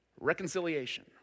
Reconciliation